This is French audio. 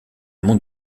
monde